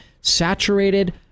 Saturated